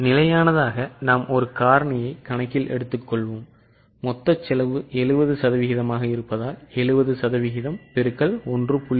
நிலையானதாக நாம் ஒரு காரணியை கணக்கில் எடுத்துக்கொள்வோம் மொத்த செலவு 70 சதவீதமாக உள்ளது 70 சதவீதம் X 1